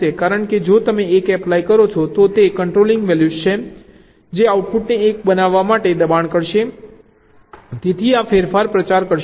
કારણ કે જો તમે 1 એપ્લાય કરો છો તો તે કંટ્રોલિંગ વેલ્યૂ છે જે આઉટપુટને 1 બનાવવા માટે દબાણ કરશે તેથી આ ફેરફાર પ્રચાર કરશે નહીં